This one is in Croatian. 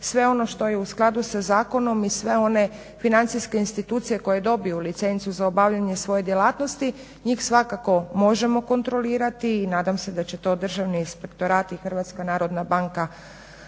sve ono što je u skladu sa zakonom i sve one financijske institucije koje dobiju licencu za obavljanje svoje djelatnosti njih svakako možemo kontrolirati i nadam se da će to Državni inspektorat i Hrvatska narodna banka